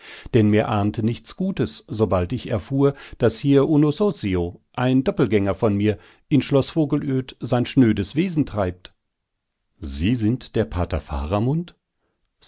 denn mir ahnte nichts gutes sobald ich erfuhr daß hier uno sosio ein doppelgänger von mir in schloß vogelöd sein schnödes wesen treibt sie sind der pater